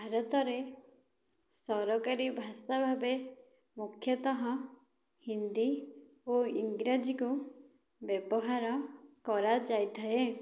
ଭାରତରେ ସରକାରୀ ଭାଷା ଭାବେ ମୁଖ୍ୟତଃ ହିନ୍ଦୀ ଓ ଇଂରାଜୀକୁ ବ୍ୟବହାର କରାଯାଇଥାଏ